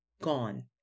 Gone